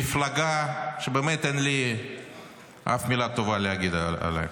שהליכוד הפך למפלגה שבאמת אין לי אף מילה טובה להגיד עליו.